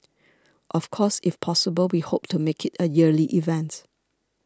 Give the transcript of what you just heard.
of course if possible we hope to make it a yearly event